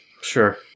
Sure